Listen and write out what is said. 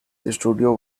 studio